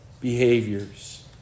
behaviors